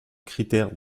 critère